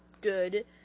good